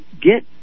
get